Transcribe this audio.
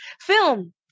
Film